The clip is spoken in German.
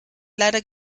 leider